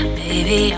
baby